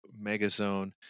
Megazone